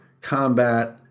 combat